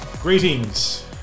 Greetings